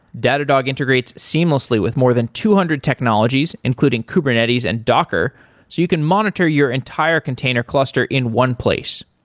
datadog integrates seamlessly with more than two hundred technologies, including kubernetes and docker, so you can monitor your entire container cluster in one place.